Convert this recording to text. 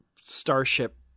starship